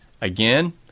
Again